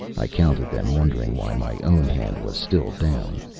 i counted them, wondering why my own hand was still down.